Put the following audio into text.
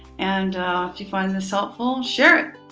and ah, if you find this helpful, share it.